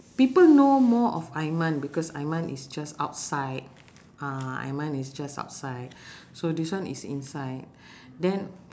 people know more of aiman because aiman is just outside uh aiman is just outside so this one is inside then